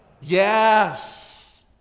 Yes